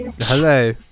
Hello